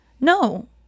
No